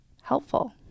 helpful